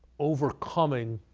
overcoming